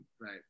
Right